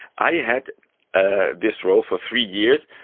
i had ah this role for three years,